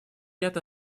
ряд